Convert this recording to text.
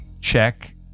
check